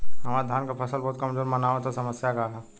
हमरे धान क फसल बहुत कमजोर मनावत ह समस्या का ह?